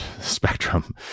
spectrum